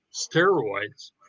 steroids